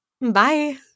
Bye